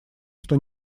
что